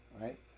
right